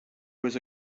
was